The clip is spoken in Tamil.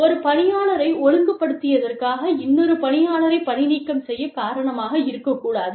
ஒரு பணியாளரை ஒழுங்குபடுத்தியதற்காக இன்னொரு பணியாளரை பணிநீக்கம் செய்யக் காரணமாக இருக்கக்கூடாது